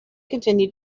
continued